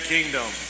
Kingdom